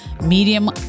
Medium